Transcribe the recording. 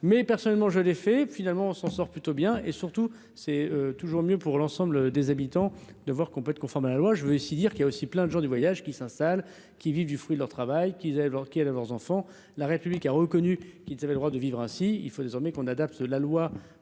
mais personnellement, je l'ai fait, finalement, on s'en sort plutôt bien, et surtout, c'est toujours mieux pour l'ensemble des habitants de voir qu'on peut être conforme à la loi, je veux aussi dire qu'il y a aussi plein de gens du voyage qui s'installe, qui vivent du fruit de leur travail, qu'ils avaient worked leurs enfants, la République a reconnu qu'ils avaient le droit de vivre ainsi, il faut désormais qu'on adapte la loi